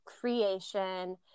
creation